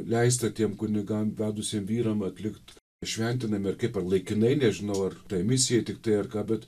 leista tiem kunigam vedusiem vyram atlikt įšventinami ar kaip ar laikinai nežinau ar ta emisija tiktai ar ką bet